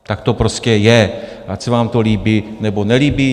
Tak to prostě je, ať se vám to líbí, nebo nelíbí.